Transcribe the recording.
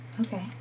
okay